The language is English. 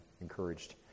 encouraged